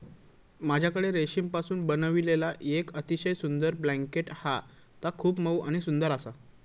माझ्याकडे रेशीमपासून बनविलेला येक अतिशय सुंदर ब्लँकेट हा ता खूप मऊ आणि सुंदर आसा